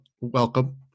welcome